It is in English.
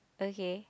okay